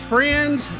Friends